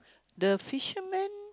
the fisherman